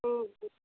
ह्म